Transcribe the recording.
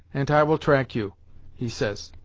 ant i will trag you he says.